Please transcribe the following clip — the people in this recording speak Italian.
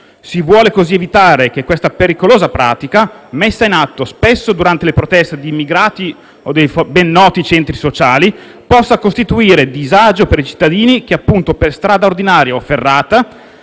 Si vuole così evitare che questa pericolosa pratica, messa in atto spesso durante le proteste di immigrati o dei centri sociali, possa costituire disagio per i cittadini che, appunto per strada ordinaria o ferrata,